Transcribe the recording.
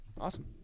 awesome